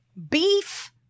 Beef